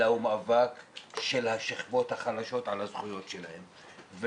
הוא מאבק של השכבות החלשות על הזכויות שלהן.